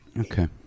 okay